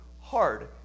hard